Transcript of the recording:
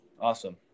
Awesome